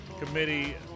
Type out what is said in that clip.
committee